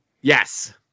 Yes